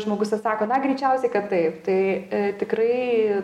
žmogus atsako na greičiausiai kad taip tai tikrai